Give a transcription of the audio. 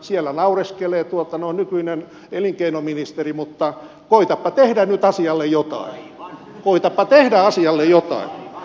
siellä naureskelee nykyinen elinkeinoministeri mutta koetapa tehdä nyt asialle jotain koetapa tehdä asialle jotain